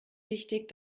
wichtig